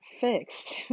fixed